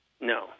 No